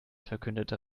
verkündete